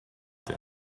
din